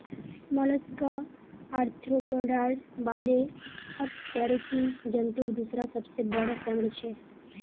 Mollusca आर्थ्रोपोडार बादे अकशेरुकी जंतुर दूसरा सबसे बोरो संघ छे